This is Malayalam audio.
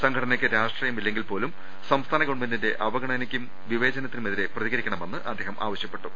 സംഘടനക്ക് രാഷ്ട്രീയമില്ലെങ്കിൽ പോലും സംസ്ഥാന ഗവൺമെന്റിന്റെ അവഗ ണനയ്ക്കും വിവേചനത്തിനുമെതിരെ പ്രതികരിക്കണമെന്നും അദ്ദേഹം ആവശ്യപ്പെട്ടു